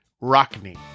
Rockney